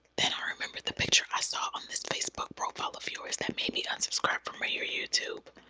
then i remembered the picture i saw on this facebook profile of yours that made me unsubscribe from ah your youtube.